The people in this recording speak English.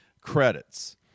credits